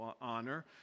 honor